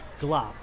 Glop